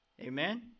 Amen